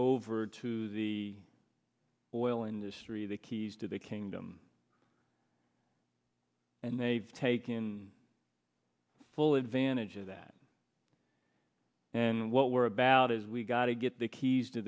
over to the oil industry the keys to the kingdom and they've taken full advantage of that and what we're about is we've got to get the keys to